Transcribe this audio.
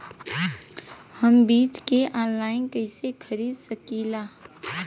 हम बीज के आनलाइन कइसे खरीद सकीला?